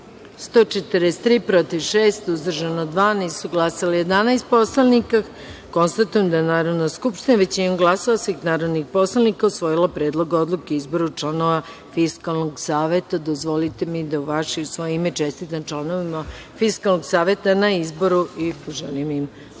143, protiv – šest, uzdržana - dva, nije glasalo 11 poslanika. Konstatujem da je Narodna skupština većinom glasova svih narodnih poslanika usvojila predlog odluke o izboru članova Fiskalnog saveta. Dozvolite mi da u vaše i svoje ime čestitam članovima Fiskalnog saveta na izboru i poželim ih uspeh